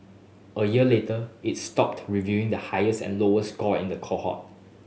a year later it stopped revealing the highest and lowest score in the cohort